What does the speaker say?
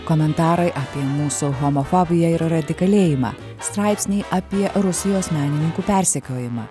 komentarai apie mūsų homofobiją ir radikalėjimą straipsniai apie rusijos menininkų persekiojimą